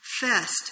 fest